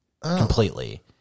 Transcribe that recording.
completely